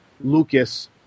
Lucas